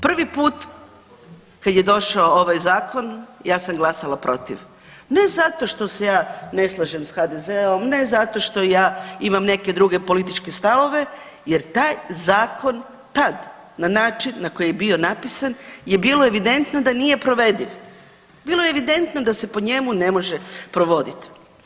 Prvi put kad je došao ovaj Zakon, ja sam glasala protiv, ne zato što se ja ne slažem s HDZ-om, ne zato što ja imam neke druge političke stavove, jer taj Zakon tad, na način na koji je bio napisan je bilo evidentno da nije provediv, bilo je evidentno da se po njemu ne može provodit.